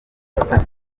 dufatane